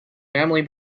family